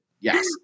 Yes